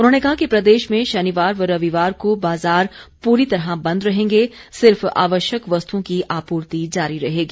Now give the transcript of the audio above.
उन्होंने कहा कि प्रदेश में शनिवार व रविवार को बाजार प्ररी तरह बंद रहेंगे सिर्फ आवश्यक वस्तुओं की आपूर्ति जारी रहेगी